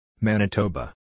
Manitoba